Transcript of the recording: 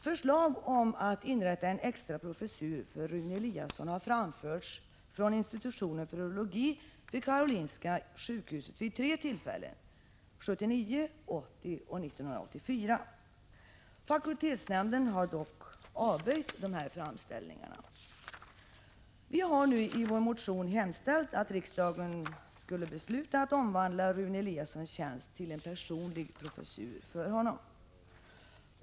Förslag om att inrätta en extra professur för Rune Eliasson har framförts från institutionen för urologi vid Karolinska sjukhuset vid tre tillfällen, 1979, 1980 och 1984. Fakultetsnämnden avböjde dock dessa framställningar. Vi har i vår motion hemställt att riksdagen beslutar omvandla Rune Eliassons tjänst till en personlig professur för honom.